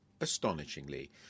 Astonishingly